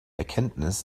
erkenntnis